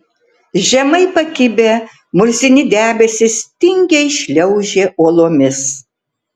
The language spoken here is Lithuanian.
žemai pakibę murzini debesys tingiai šliaužė uolomis